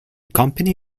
company